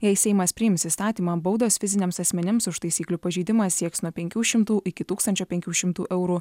jei seimas priims įstatymą baudos fiziniams asmenims už taisyklių pažeidimą sieks nuo penkių šimtų iki tūkstančio penkių šimtų eurų